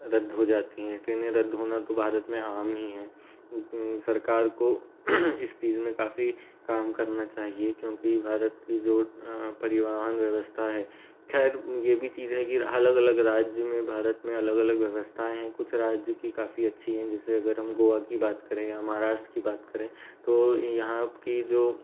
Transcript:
रद्द हो जाती है ट्रेनें रद्द होना तो भारत में आम ही है सरकार को इस चीज में काफ़ी काम करना चाहिए क्योंकि भारत की जो परिवहन व्यवस्था है खैर ये भी चीज है कि अलग अलग राज्य में भारत में अलग अलग व्यवस्थाएं हैं कुछ राज्य की काफ़ी अच्छी है जैसे अगर हम गोवा की बात करें या हम महाराष्ट्र की बात करें तो यहाँ की जो